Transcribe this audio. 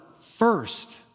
first